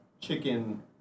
chicken